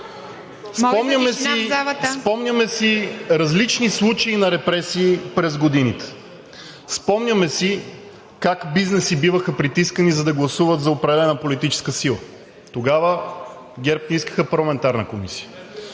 Спомняме си различни случаи на репресии през годините, спомняме си как бизнеси биваха притискани, за да гласуват за определена политическа сила, тогава ГЕРБ не искаха парламентарна комисия.